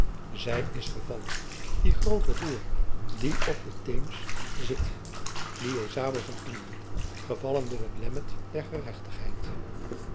zij is gevallen die groote hoer die op de teems zit die jesabel van engeland gevallen door het lemmet der gerechtigheid